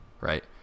right